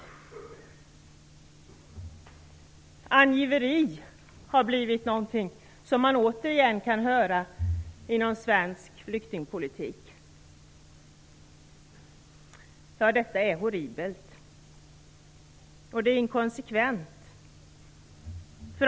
Man kan återigen höra talas om angiveri inom svensk flyktingpolitik. Detta är horribelt. Och det är inkonsekvent.